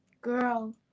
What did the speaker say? Girl